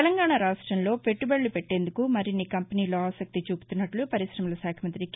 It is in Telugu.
తెలంగాణ రాష్టంలో పెట్టుబడులు పెట్టేందుకు మరిన్ని కంపెనీలు ఆసక్తి చూపుతున్నట్లు పరికమలశాఖమంతి కే